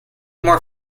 more